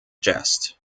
jest